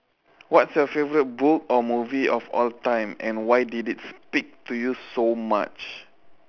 what's your favourite book or movie of all time and why did it speak to you so much